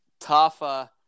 Tafa